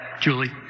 Julie